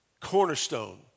cornerstone